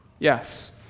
Yes